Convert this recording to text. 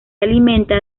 alimenta